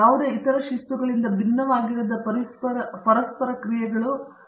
ಯಾವುದೇ ಇತರ ಶಿಸ್ತುಗಳಿಂದ ಭಿನ್ನವಾಗಿರದ ಪರಸ್ಪರ ಕ್ರಿಯೆಗಳು ಎಷ್ಟು ಬಾರಿ ಬೇಕು